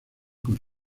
con